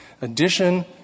Addition